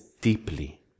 deeply